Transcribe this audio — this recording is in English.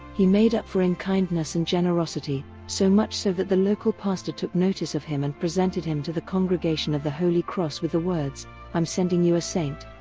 he made up for in kindness and generosity, so much so that the local pastor took notice of him and presented him to the congregation of the holy cross with the words i'm sending you a saint.